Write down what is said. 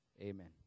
Amen